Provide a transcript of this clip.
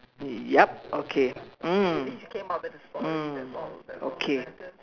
yup okay mm mm okay